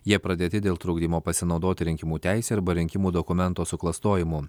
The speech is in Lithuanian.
jie pradėti dėl trukdymo pasinaudoti rinkimų teise arba rinkimų dokumento suklastojimu